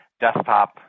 desktop